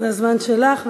זה הזמן שלך.